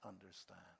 understand